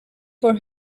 for